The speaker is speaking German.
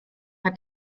hat